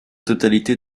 totalité